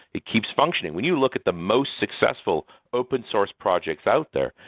it keeps functioning. when you look at the most successful open-source projects out there,